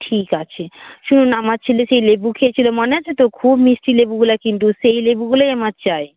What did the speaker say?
ঠিক আছে শুনুন আমার ছেলে সেই লেবু খেয়েছিল মনে আছে তো খুব মিষ্টি লেবুগুলো কিন্তু সেই লেবুগুলোই আমার চাই